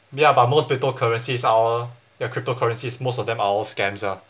ya but most crypto currencies are all ya crypto currencies most of them are all scams ah